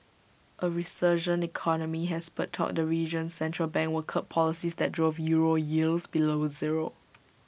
A resurgent economy has spurred talk the region's central bank will curb policies that drove euro yields below zero